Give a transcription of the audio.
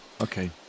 Okay